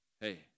Hey